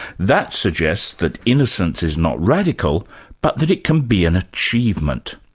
that suggests that innocence is not radical but that it can be an achievement.